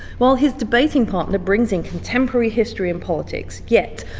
while his debating partner brings in contemporary history and politics. yet,